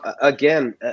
again